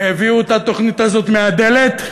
הביאו את התוכנית הזאת מהדלת,